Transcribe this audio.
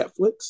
netflix